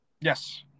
Yes